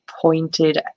pointed